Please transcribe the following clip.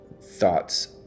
thoughts